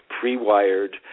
pre-wired